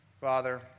Father